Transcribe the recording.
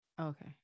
okay